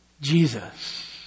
Jesus